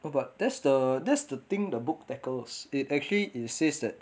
what but that's the that's the thing the book tackles it actually it says that